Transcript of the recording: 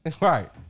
Right